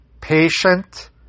patient